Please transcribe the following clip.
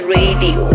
Radio